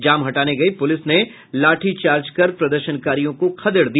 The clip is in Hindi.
जाम हटाने गयी पुलिस ने लाठीचार्ज कर प्रदर्शनकारियों को खदेड़ दिया